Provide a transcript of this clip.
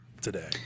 today